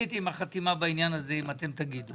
חיכיתי עם החתימה בעניין הזה אם אתם תגידו,